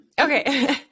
Okay